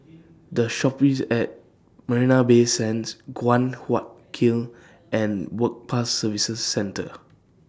The Shoppes At Marina Bay Sands Guan Huat Kiln and Work Pass Services Centre